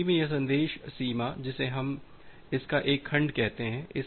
TCP में यह संदेश सीमा जिसे हम इसका एक खंड कहते हैं